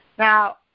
Now